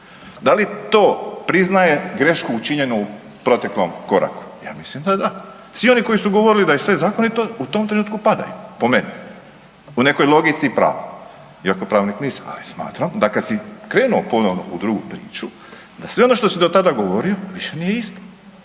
Da li to priznaje grešku učinjenu u proteklom koraku? Ja mislim da da. Svi oni koji su govorili da je sve zakonito, u tom trenutku padaju, po meni, po nekoj logici i pravu iako pravnik nisam, ali smatram da kad si krenuo ponovno u drugu priču, da sve ono što su do tada govorio, više nije isto.